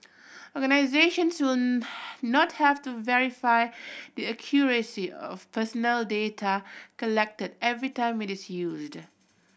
organisations will not have to verify the accuracy of personal data collected every time it is used